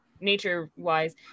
nature-wise